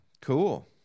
Cool